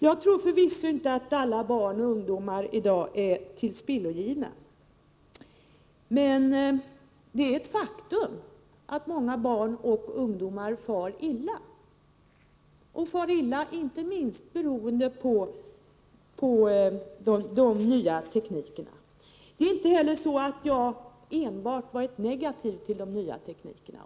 Jag tror förvisso inte att alla barn och ungdomar i dag är tillspillogivna, men det är ett faktum att många barn och ungdomar far illa. De far illa inte minst beroende på de nya teknikerna. Det är inte heller så att jag enbart varit negativ till de nya teknikerna.